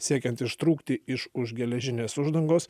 siekiant ištrūkti iš už geležinės uždangos